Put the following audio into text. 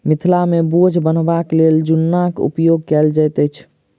मिथिला मे बोझ बन्हबाक लेल जुन्नाक उपयोग कयल जाइत अछि